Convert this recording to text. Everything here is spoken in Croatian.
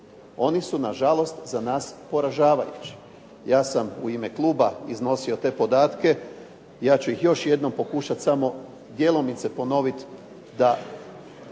Oni su nažalost za nas poražavajući. Ja sam u ime kluba iznosio te podatke, ja ću ih još jednom pokušati samo djelomice ponoviti da